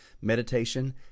meditation